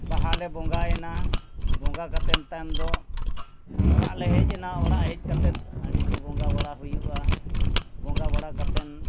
ᱵᱟᱦᱟ ᱞᱮ ᱵᱚᱸᱜᱟᱭᱮᱱᱟ ᱵᱚᱸᱜᱟ ᱠᱟᱛᱮ ᱛᱟᱭᱚᱢ ᱫᱚ ᱚᱲᱟᱜ ᱞᱮ ᱦᱮᱡ ᱮᱱᱟ ᱚᱲᱟᱜ ᱦᱮᱡ ᱠᱟᱛᱮ ᱦᱟᱺᱰᱤ ᱠᱚ ᱵᱚᱸᱜᱟ ᱵᱟᱲᱟ ᱦᱩᱭᱩᱜᱼᱟ ᱵᱚᱸᱜᱟ ᱵᱟᱲᱟ ᱠᱟᱛᱮᱫ